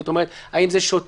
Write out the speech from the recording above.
זאת אומרת האם זה שוטר?